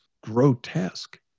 grotesque